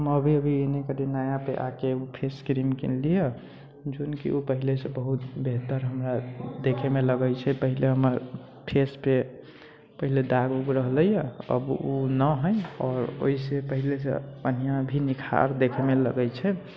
हम अभी अभी एने कनि नया आकऽ फेस क्रीम किनलियै जैं कि ओ पहलेसँ बहुत बेहतर हमरा देखैमे लगै छै पहले हमर फेसपे पहले दाग उग रहलै अब ओ न हइ आओर ओहिसँ पहलेसँ बढ़िऑं भी निखार देखैमे लगै छै